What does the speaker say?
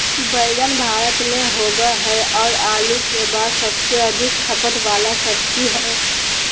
बैंगन भारत में होबो हइ और आलू के बाद सबसे अधिक खपत वाला सब्जी हइ